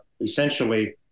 essentially